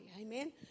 Amen